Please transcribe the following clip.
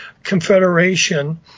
confederation